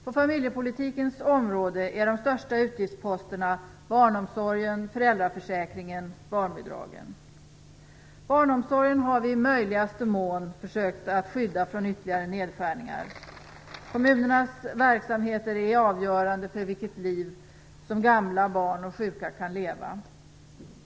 På familjepolitikens område är de största utgiftsposterna barnomsorgen, föräldraförsäkringen och barnbidragen. Barnomsorgen har vi i möjligaste mån försökt att skydda från ytterligare nedskärningar. Kommunernas verksamhet är avgörande för vilket liv som gamla, barn och sjuka kan leva.